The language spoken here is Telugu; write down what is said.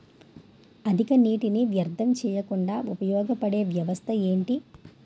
అధిక నీటినీ వ్యర్థం చేయకుండా ఉపయోగ పడే వ్యవస్థ ఏంటి